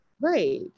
right